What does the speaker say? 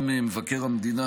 גם מבקר המדינה,